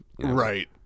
Right